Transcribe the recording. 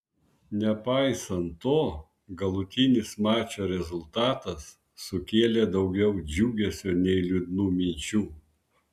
nepaisant to galutinis mačo rezultatas sukėlė daugiau džiugesio nei liūdnų minčių